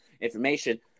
information